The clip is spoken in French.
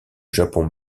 japon